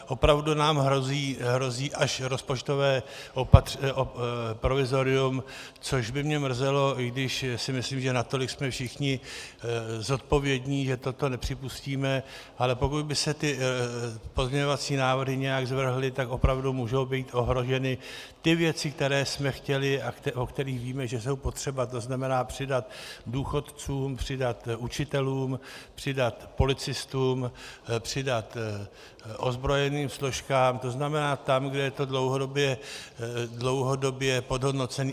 Opravdu nám hrozí až rozpočtové provizorium, což by mě mrzelo, i když si myslím, že natolik jsme všichni zodpovědní, že toto nepřipustíme, ale pokud by se ty pozměňovací návrhy nějak zvrhly, tak opravdu mohou být ohroženy ty věci, které jsme chtěli a o kterých víme, že jsou potřebné, to znamená přidat důchodcům, přidat učitelům, přidat policistům, přidat ozbrojeným složkám, to znamená tam, kde to je dlouhodobě podhodnoceno.